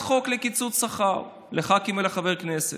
חוק לקיצוץ השכר לשרים ולחברי הכנסת.